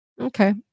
Okay